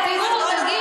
אז בואו נתחיל,